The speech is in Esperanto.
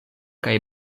kaj